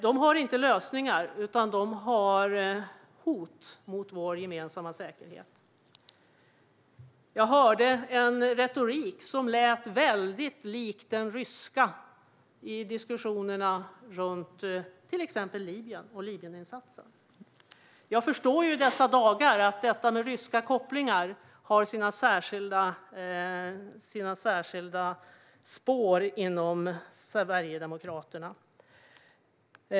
De har inte lösningar, utan de har hot mot vår gemensamma säkerhet. Jag hörde en retorik som lät väldigt lik den ryska i diskussionerna om till exempel Libyen och Libyeninsatsen. Jag förstår i dessa dagar att detta med ryska kopplingar har sina särskilda spår inom Sverigedemokraterna.